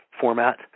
format